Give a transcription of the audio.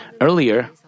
Earlier